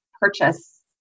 purchase